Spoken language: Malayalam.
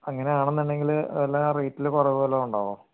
അങ്ങനെയാണേന്നുണ്ടെങ്കിൽ വല്ല റേറ്റിൽ കുറവ് വല്ലതും ഉണ്ടാവുമോ